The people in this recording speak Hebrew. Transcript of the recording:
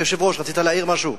היושב-ראש, רצית להעיר משהו?